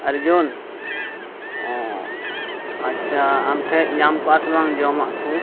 ᱚᱨᱡᱩᱱ ᱚᱻ ᱟᱪᱪᱷᱟ ᱟᱢ ᱴᱷᱮᱱ ᱧᱟᱢ ᱠᱚᱜᱼᱟ ᱥᱮ ᱵᱟᱝ ᱡᱚᱢᱟᱜ ᱠᱚ